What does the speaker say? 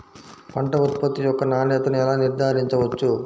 పంట ఉత్పత్తి యొక్క నాణ్యతను ఎలా నిర్ధారించవచ్చు?